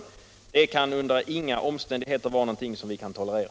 Något sådant kan vi under inga omständigheter tolerera.